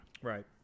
right